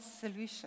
solution